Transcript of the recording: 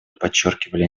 подчеркивали